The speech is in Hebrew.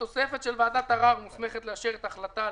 התוספת של "ועדת הערר מוסמכת לאשר את ההחלטה...,